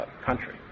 country